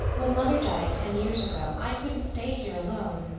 when mother died ten years ago i couldn't stay here alone.